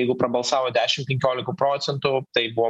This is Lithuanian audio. jeigu prabalsavo dešim penkiolika procentų tai buvo